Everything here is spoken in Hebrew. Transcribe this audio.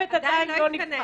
הצוות עדיין לא התכנס,